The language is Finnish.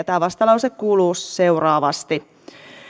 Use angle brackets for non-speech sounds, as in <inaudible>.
<unintelligible> tämä vastalause kuuluu seuraavasti